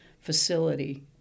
facility